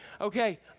okay